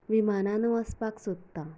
विमानांत वचपाक सोदतां